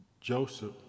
Joseph